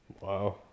Wow